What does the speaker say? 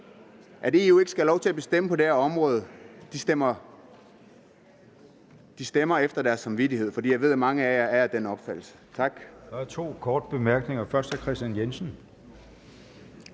at EU ikke skal have lov til at bestemme på det her område, stemmer efter deres samvittighed, for jeg ved, at mange af dem er af den opfattelse. Tak.